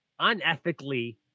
unethically